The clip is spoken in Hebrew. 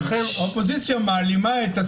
האופוזיציה מעלימה את עצמה.